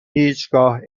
هیچگاه